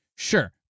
Sure